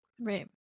right